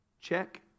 Check